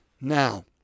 Now